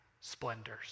splendors